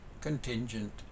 contingent